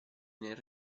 nel